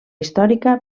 històrica